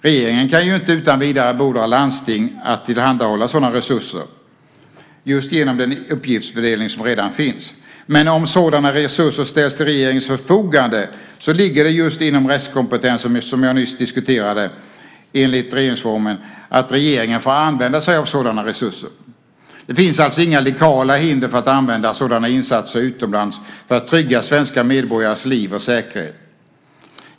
Regeringen kan inte utan vidare beordra landsting att tillhandhålla sådana resurser, just genom den uppgiftsfördelning som redan finns. Men om sådana resurser ställs till regeringens förfogande ligger det enligt regeringsformen just inom den restkompetens, som jag nyss diskuterade, att regeringen får använda sig av sådana resurser. Det finns alltså inga legala hinder för att använda sådana insatser utomlands för att trygga svenska medborgares liv och säkerhet.